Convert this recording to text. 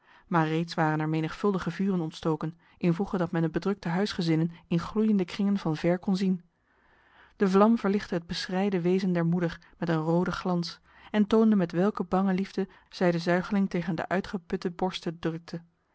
maar reeds waren er menigvuldige vuren ontstoken invoege dat men de bedrukte huisgezinnen in gloeiende kringen van ver kon zien de vlam verlichtte het beschreide wezen der moeder met een rode glans en toonde met welke bange liefde zij de zuigeling tegen de uitgeputte borsten drukte